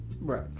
Right